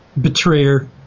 Betrayer